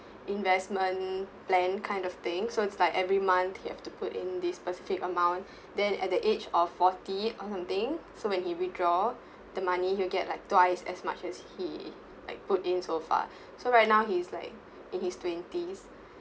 investment plan kind of thing so it's like every month you have to put in this specific amount then at the age of forty or something so when he withdraw the money you get like twice as much as he like put in so far so right now he's like in his twenties